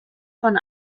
von